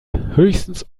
höchstens